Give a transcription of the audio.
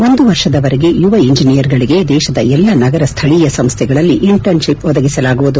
ಒಂದು ವರ್ಷದ ವರೆಗೆ ಯುವ ಇಂಜನಿಯರ್ಗಳಿಗೆ ದೇಶದ ಎಲ್ಲಾ ನಗರ ಶ್ವಳೀಯ ಸಂಸ್ಥೆಗಳಲ್ಲಿ ಇಂಟರ್ನ್ತಿಪ್ ಒದಗಿಸಲಾಗುವುದು